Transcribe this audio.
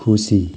खुसी